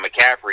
McCaffrey